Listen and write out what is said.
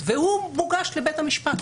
והוא מוגש לבית המשפט.